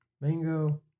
mango